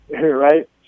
right